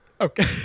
Okay